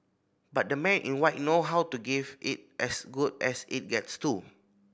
but the Men in White know how to give it as good as it gets too